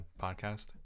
podcast